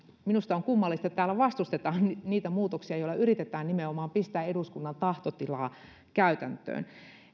minusta on kummallista että täällä vastustetaan niitä niitä muutoksia joilla yritetään nimenomaan pistää eduskunnan tahtotilaa käytäntöön